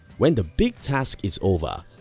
when the big task is over,